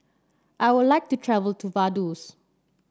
I would like to travel to Vaduz